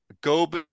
go